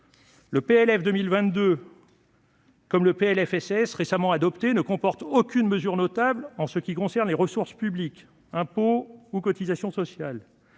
Le PLF 2022, comme le PLFSS récemment adopté, ne comporte aucune mesure notable en ce qui concerne les ressources publiques, impôts ou cotisations sociales.